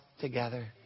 together